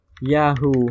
Yahoo